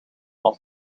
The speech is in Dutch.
als